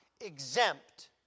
exempt